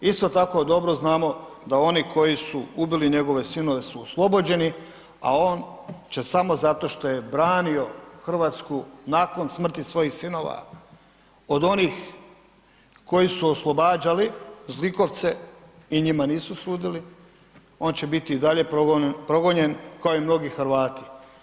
Isto tako dobro znamo da oni koji su ubili njegove sinove su oslobođeni, a on će samo zato što je branio Hrvatsku nakon smrti svojih sinova od onih koji su oslobađali zlikovce i njima nisu sudili, on će biti i dalje progonjen kao i mnogi Hrvati.